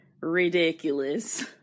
ridiculous